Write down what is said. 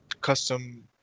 custom